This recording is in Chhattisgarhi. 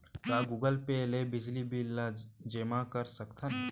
का गूगल पे ले बिजली बिल ल जेमा कर सकथन?